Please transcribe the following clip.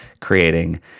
creating